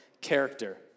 character